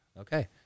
okay